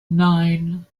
nine